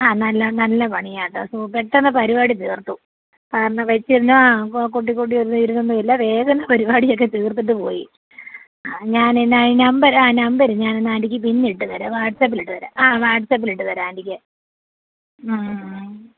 ആ നല്ല നല്ല പണിയാണ് കേട്ടോ സോ പെട്ടെന്ന് പരിപാടി തീർത്തു കാരണം വെച്ചിരുന്നാൽ ആ കൂട്ടിക്കൂട്ടി ഒന്നും ഇരുന്നൊന്നുമില്ല വേഗം തന്നെ പരിപാടിയൊക്കെ തീർത്തിട്ട് പോയി ആ ഞാൻ എന്നാൽ ഈ നമ്പർ ആ നമ്പര് ഞാൻ എന്നാൽ ആൻ്റിക്ക് പിന്നെ ഇട്ടു തരാം വാട്ട്സപ്പലിട്ട് തരാം ആ വാട്ട്സപ്പിലിട്ട് തരാം ആൻ്റിക്ക്